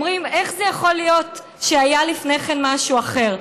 אומרים: איך זה יכול להיות שהיה לפני כן משהו אחר?